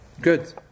Good